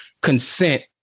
consent